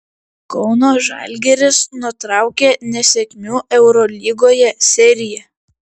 kauno žalgiris nutraukė nesėkmių eurolygoje seriją